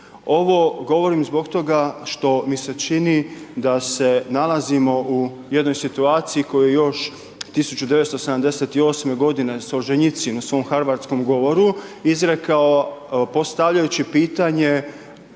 Ovo govorim zbog toga što mi se čini da se nalazimo u jednoj situaciji koju još 1978. godine Solženjicin na svoj harwardskom govoru izrekao postavljajući pitanje